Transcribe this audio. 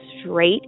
straight